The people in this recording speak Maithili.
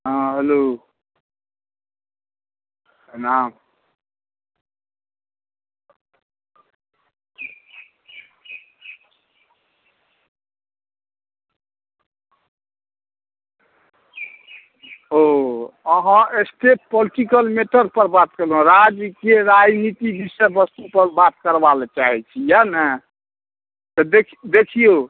हँ हेलो प्रणाम ओ अहाँ स्टेट पोलटिकल मेटर पर बात करऽ राजकिए राजनीति विषयवस्तु पर बात करबा लै चाहैत छी इएह ने तऽ देख देखिऔ